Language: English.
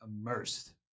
immersed